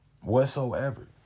Whatsoever